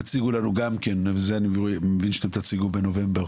גם תציגו לנו את זה אני מבין שתציגו בנובמבר